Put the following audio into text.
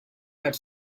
have